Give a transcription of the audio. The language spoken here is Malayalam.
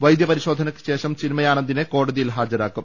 വൈദ്യ പരിശോധനയ്ക്ക് ശേഷം ചിന്മയാന ന്ദനെ കോടതിയിൽ ഹാജരാക്കും